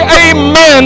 amen